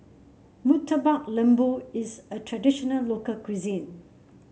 Murtabak Lembu is a traditional local cuisine